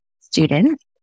students